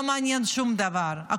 שום דבר לא מעניין.